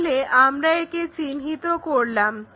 তাহলে আমরা একে চিহ্নিত করলাম